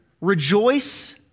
Rejoice